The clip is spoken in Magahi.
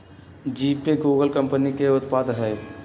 जीपे गूगल कंपनी के उत्पाद हइ